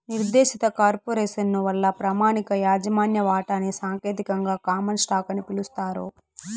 నిర్దేశిత కార్పొరేసను వల్ల ప్రామాణిక యాజమాన్య వాటాని సాంకేతికంగా కామన్ స్టాకు అని పిలుస్తారు